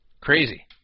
Crazy